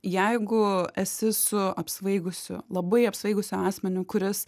jeigu esi su apsvaigusiu labai apsvaigusiu asmeniu kuris